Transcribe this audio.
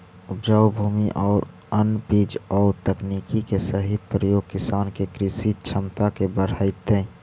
उपजाऊ भूमि आउ उन्नत बीज आउ तकनीक के सही प्रयोग किसान के कृषि क्षमता के बढ़ऽतइ